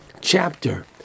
chapter